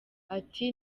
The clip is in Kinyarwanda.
ati